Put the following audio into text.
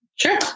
Sure